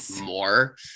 more